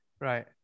Right